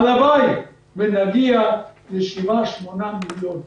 הלוואי ונגיע ל-7 8 מיליון השנה.